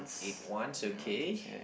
eight ones okay